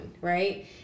right